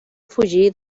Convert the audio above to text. fugir